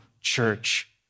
church